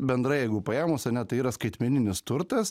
bendrai jeigu paėmus ane tai yra skaitmeninis turtas